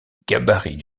gabarit